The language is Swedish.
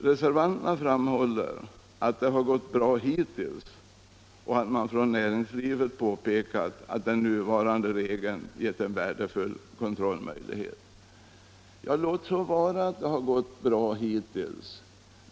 Reservanterna framhåller att det har gått bra hittills och att man från näringslivet påpekat att den nuvarande regeln gett en värdefull kontrollmöjlighet. Låt så vara att det gått bra hittills.